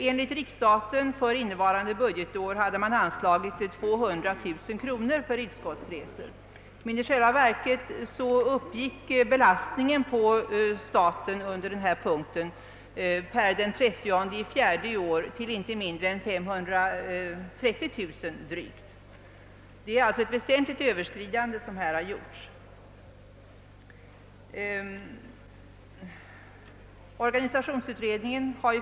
Enligt riksstaten för innevarande budgetår hade anslagits 200 000 kronor för utskottsresor, men i själva verket uppgick belastningen på staten under denna punkt per den 30/4 i år till inte mindre än drygt 530 000 kronor. Ett väsentligt överskridande har alltså gjorts.